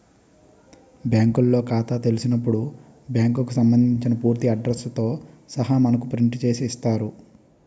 బ్యాంకులో ఖాతా తెలిసినప్పుడు బ్యాంకుకు సంబంధించిన పూర్తి అడ్రస్ తో సహా మనకు ప్రింట్ చేసి ఇస్తారు